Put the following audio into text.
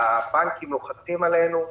הבנקים לוחצים עלינו.